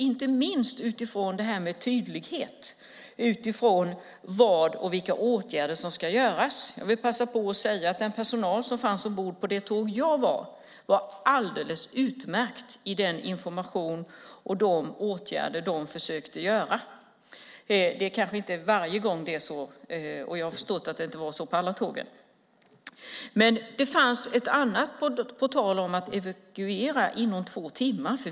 Inte minst är det viktigt med tydlighet om vad som ska göras, vilka åtgärder som ska vidtas. Jag vill passa på att säga att personalen på det tåg som jag var ombord på var alldeles utmärkt i sin information och sina åtgärder. Det är kanske inte varje gång det är så, och jag har förstått att det inte var så på alla tågen. Det fanns planer på att evakuera oss inom två timmar.